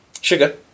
sugar